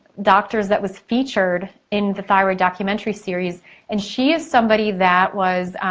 doctors that was featured in the thyroid documentary series and she is somebody that was